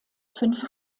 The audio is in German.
fünf